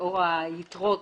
לאור היתרות